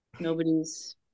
nobody's